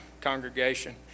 congregation